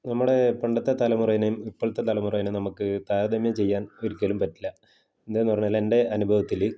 നമ്മുടെ പണ്ടത്തെ തലമുറയെയും ഇപ്പോഴത്തെ തലമുറയെയും നമുക്ക് താരതമ്യം ചെയ്യാൻ ഒരിക്കലും പറ്റില്ല എന്താണെന്ന് പറഞ്ഞാൽ എൻ്റെ അനുഭവത്തില്